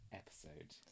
episode